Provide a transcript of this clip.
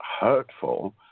hurtful